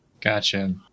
Gotcha